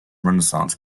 renaissance